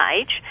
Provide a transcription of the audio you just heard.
age